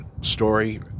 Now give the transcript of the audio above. story